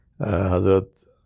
Hazrat